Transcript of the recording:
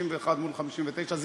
61 מול 59 זה